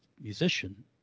musician